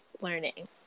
learning